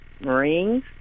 Marines